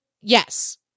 Yes